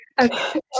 Okay